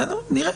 בסדר, נראה.